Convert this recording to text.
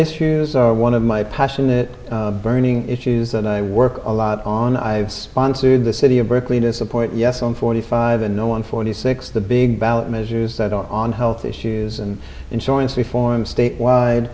issues are one of my passionate burning issues that i work a lot on i sponsored the city of berkeley to support us on forty five and no one forty six the big ballot measures that are on health issues and insurance reform statewide